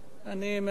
אני מאשר לך.